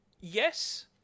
Yes